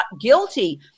guilty